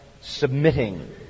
submitting